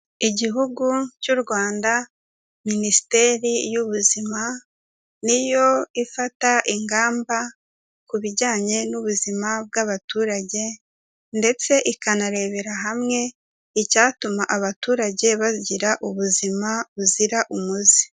Igihugu cy'u Rwanda, Minisiteri y'Ubuzima ni yo ifata ingamba ku bijyanye n'ubuzima bw'abaturage ndetse ikanarebera hamwe, icyatuma abaturage bagira ubuzima buzira umuze.